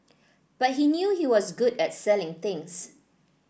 but he knew he was good at selling things